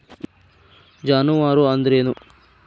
ಜಾನುವಾರು ಅಂದ್ರೇನು?